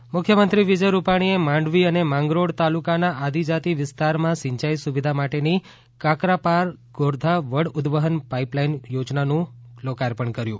પાણી મુખ્યમંત્રી વિજય રૂપાણીએ માંડવી અને માંગરીળ તાલુકાના આદિજાતિ વિસ્તારમાં સિંચાઈ સુવિધા માટેની કાકરાપાર ગોરધા વડ ઉદ્વહન પાઈપલાઈન યોજનાનું લોકાર્પણ કર્યુ